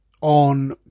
on